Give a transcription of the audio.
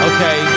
Okay